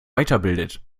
weiterbildet